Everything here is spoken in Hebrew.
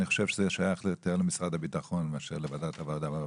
אני חושב שזה שייך יותר למשרד הביטחון מאשר לוועדת העבודה והרווחה.